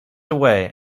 away